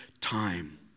time